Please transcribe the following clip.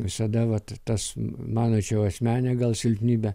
visada vat tas mano čia jau asmeninė gal silpnybė